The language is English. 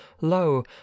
lo